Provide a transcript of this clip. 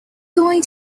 going